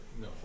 No